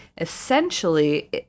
Essentially